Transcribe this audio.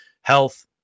health